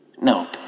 nope